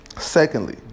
Secondly